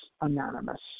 Anonymous